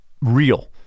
real